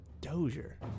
Dozier